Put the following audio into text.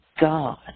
God